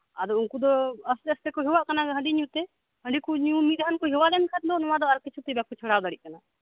ᱟᱨ ᱩᱱᱠᱩ ᱫᱳ ᱟᱥᱛᱮ ᱟᱥᱛᱮ ᱠᱚ ᱦᱮᱣᱟᱜ ᱠᱟᱱᱟ ᱦᱟᱸᱹᱰᱤ ᱧᱩ ᱛᱮ ᱦᱟᱸᱹᱰᱤ ᱧᱩ ᱠᱚ ᱦᱮᱣᱟ ᱞᱮᱱᱠᱷᱟᱱ ᱱᱚᱣᱟ ᱫᱚ ᱟᱨ ᱠᱤᱪᱷᱩ ᱛᱮ ᱵᱟᱠᱚ ᱪᱷᱟᱰᱟᱣ ᱫᱟᱲᱮᱭᱟᱜ ᱠᱟᱱᱟ